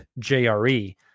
JRE